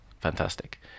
fantastic